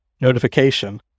notification